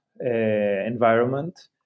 environment